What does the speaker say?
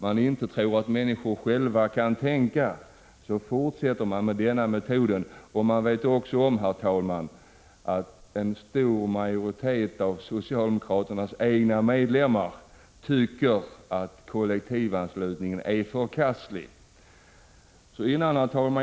Man tror inte att människorna själva kan tänka, och därför fortsätter man med denna metod. En stor majoritet av socialdemokraternas egna medlemmar tycker att kollektivanslutningen är förkastlig. Herr talman!